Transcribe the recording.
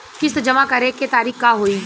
किस्त जमा करे के तारीख का होई?